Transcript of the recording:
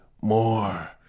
more